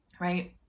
right